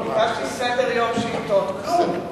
ביקשתי סדר-יום, שאילתות, כלום.